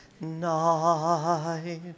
night